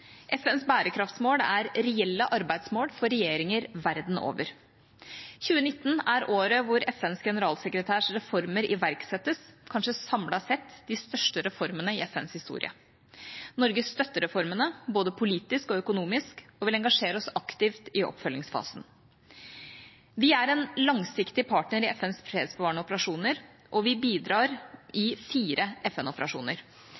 FNs bærekraftsmål er reelle arbeidsmål for regjeringer verden over. 2019 er året da FNs generalsekretærs reformer iverksettes – kanskje samlet sett de største reformene i FNs historie. Norge støtter reformene, både politisk og økonomisk, og vi vil engasjere oss aktivt i oppfølgingsfasen. Vi er en langsiktig partner i FNs fredsbevarende operasjoner. Vi bidrar